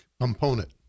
component